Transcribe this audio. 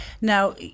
Now